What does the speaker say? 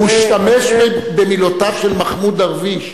הוא השתמש במילותיו של מחמוד דרוויש.